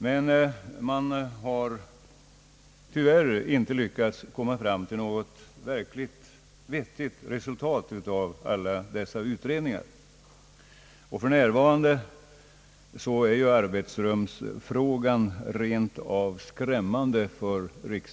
Tyvärr har man inte lyckats komma fram till något vettigt resultat av alla de utredningar som gjorts, och för närvarande är arbetsrumsfrågan rent av skrämmande.